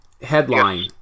headline